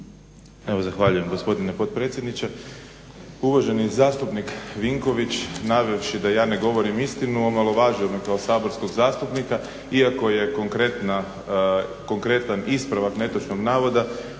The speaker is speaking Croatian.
Evo zahvaljujem gospodine potpredsjedniče. Uvaženi zastupnik Vinković navevši da ja ne govorim istinu omalovažio me kao saborskog zastupnika iako je konkretan ispravak netočnog navoda